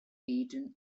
eaten